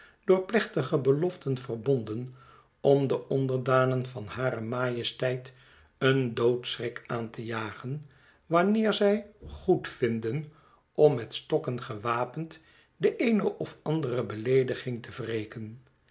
door plechtige beloften verbonden om de onderdanen van hare majesteit een doodschrik aan te jagen wanneer zij goedvinden om met stokken gewapend de eene of andere beleediging te wreken